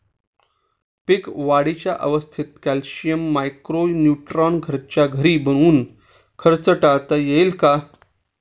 पीक वाढीच्या अवस्थेत calcium, micro neutron घरच्या घरी बनवून खर्च टाळता येईल का?